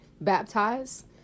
baptized